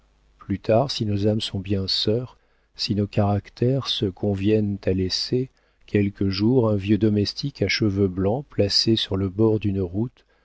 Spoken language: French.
plus tard si nos âmes sont bien sœurs si nos caractères se conviennent à l'essai quelque jour un vieux domestique à cheveux blancs placé sur le bord d'une route